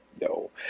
No